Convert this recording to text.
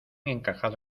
encajado